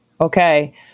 Okay